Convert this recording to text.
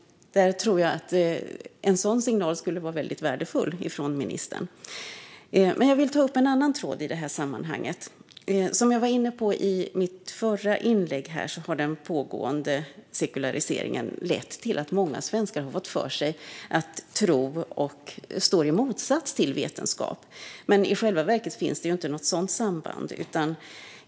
Jag tror att en sådan signal från ministern skulle vara värdefull. Jag vill ta upp en annan tråd i detta sammanhang. Som jag var inne på i mitt förra inlägg har den pågående sekulariseringen lett till att många svenskar fått för sig att tro står i motsats till vetenskap. I själva verket finns det ju inte någon sådan motsats.